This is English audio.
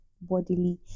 bodily